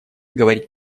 говорить